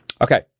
Okay